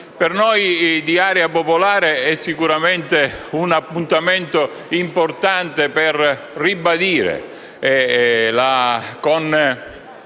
Per noi di Area Popolare si tratta sicuramente di un appuntamento importante per ribadire,